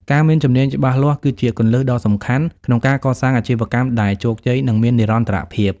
ការមានជំនាញច្បាស់លាស់ គឺជាគន្លឹះដ៏សំខាន់ក្នុងការកសាងអាជីវកម្មដែលជោគជ័យ និងមាននិរន្តរភាព។